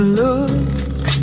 look